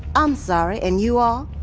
i'm sorry, and you are?